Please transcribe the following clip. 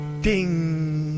Ding